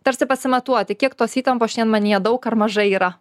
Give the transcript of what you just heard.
tarsi pasimatuoti kiek tos įtampos šiandien manyje daug ar mažai yra